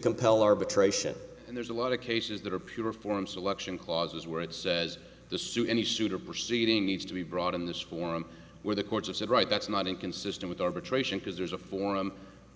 compel arbitration and there's a lot of cases that are pure form selection clauses where it says the suit any suit or proceeding needs to be brought in this forum where the courts have said right that's not inconsistent with arbitration because there's a forum